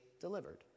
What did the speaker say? delivered